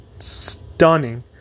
Stunning